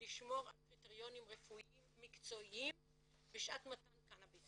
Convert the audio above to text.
לשמור על קריטריונים רפואיים מקצועיים בשעת מתן קנאביס.